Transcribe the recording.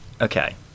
Okay